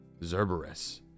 Zerberus